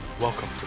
Welcome